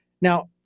Now